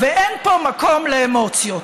ואין פה מקום לאמוציות.